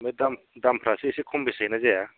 ओमफ्राय दामफ्रासो एसे खम बेसे जायो ना जाया